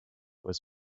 was